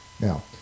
Now